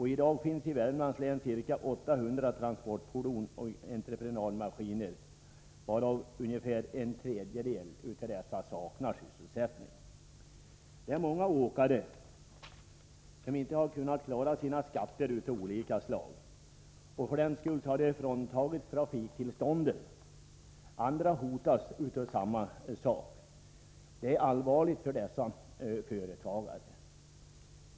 I dag finns ca 800 transportfordon och entreprenadmaskiner i Värmlands län, varav ungefär en tredjedel saknar sysselsättning. Många åkare har inte kunnat klara sina olika skatter. Av den anledningen har de fråntagits trafiktillstånden. Andra hotas av samma åtgärd. Detta är allvarligt för dessa företagare.